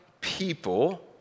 people